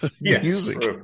music